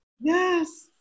Yes